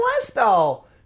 lifestyle